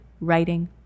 writing